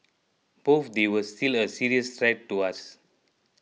but they were still a serious threat to us